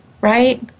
right